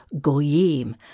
goyim